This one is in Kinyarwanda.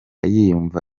yiyumva